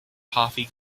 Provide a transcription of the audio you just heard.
haughey